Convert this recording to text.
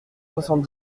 soixante